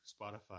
Spotify